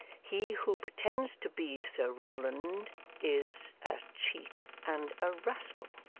he who pretends to be sir rowland is a cheat and a rascal.